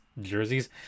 jerseys